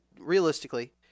realistically